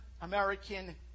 American